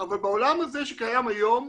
אבל בעולם הזה שקיים היום